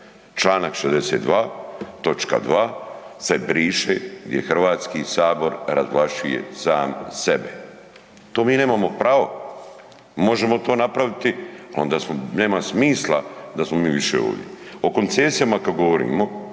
točka 2. se briše gdje Hrvatski sabor razvlašćuje sam sebe. To mi nemamo pravo. Možemo to napraviti ali onda nema smisla da smo mi više ovdje. O koncesijama kad govorimo,